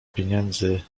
pieniędzy